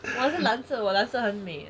我的是蓝色我蓝色很美的